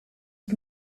het